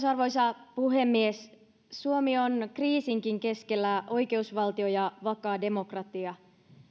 arvoisa puhemies suomi on kriisinkin keskellä oi keusvaltio ja vakaa demokratia